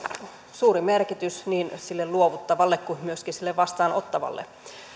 suuri merkitys niin sille luovuttavalle kuin myöskin sille vastaanottavalle